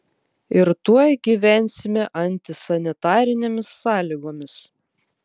ir tuoj gyvensime antisanitarinėmis sąlygomis